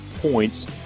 points